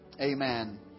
Amen